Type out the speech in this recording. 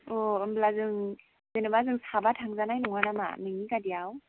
होमब्ला जों जेनेबा जों साबा थांजानाय नङा नामा नोंनि गारिआव